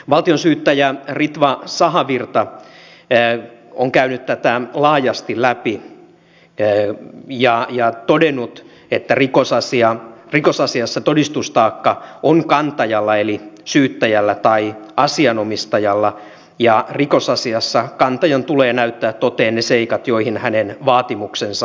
valtionsyyttäjä ritva sahavirta on käynyt tätä laajasti läpi ja todennut että rikosasiassa todistustaakka on kantajalla eli syyttäjällä tai asianomistajalla ja rikosasiassa kantajan tulee näyttää toteen ne seikat joihin hänen vaatimuksensa nojautuu